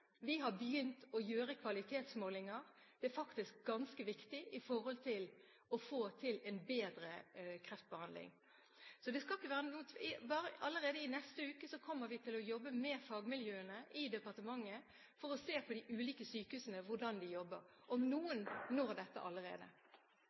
Vi har begynt å gjøre kvalitetsmålinger. Det er faktisk ganske viktig for å få til en bedre kreftbehandling. Allerede i neste uke kommer vi til å jobbe med fagmiljøene i departementet for å se på hvordan de ulike sykehusene jobber. Noen når dette allerede. Det blir gitt anledning til fire oppfølgingsspørsmål – først Sonja Irene Sjøli. Høyre har sammen med Kreftforeningen og